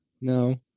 No